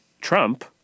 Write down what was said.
Trump